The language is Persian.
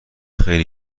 خیلی